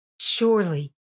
Surely